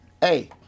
hey